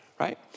right